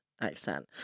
accent